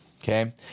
Okay